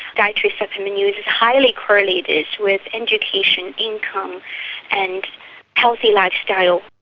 dietary supplement use is highly correlated with education, income and healthy lifestyle.